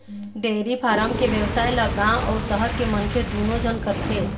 dairy farm के बेवसाय ल गाँव अउ सहर के मनखे दूनो झन करथे